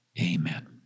amen